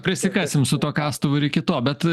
prisikasim su tuo kastuvu ir iki to bet